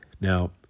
Now